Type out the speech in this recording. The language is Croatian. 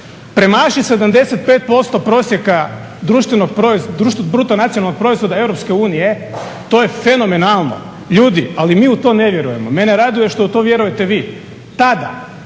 premaši 75% prosjeka bruto nacionalnog proizvoda EU to je fenomenalno. Ljudi, ali mi u to ne vjerujemo. Mene raduje što u to vjerujete vi. Tada